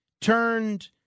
turned